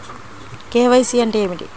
KYC అంటే ఏమిటి?